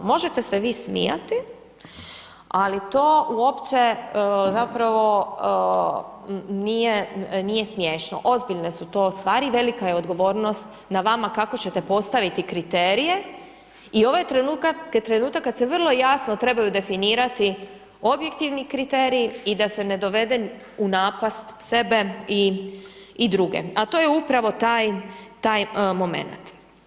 Možete se vi smijati ali to uopće zapravo nije smiješno, ozbiljne su to stvari i velika je odgovornost na vama kako ćete postaviti kriterije i ovaj trenutak kad se vrlo jasno trebaju definirati objektivni kriteriji i da se ne dovede u napast sebe i druge, a to je upravo taj, taj momenat.